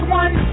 one